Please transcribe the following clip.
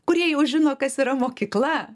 kurie jau žino kas yra mokykla